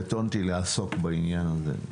קטונתי מלעסוק בעניין הזה.